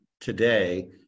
today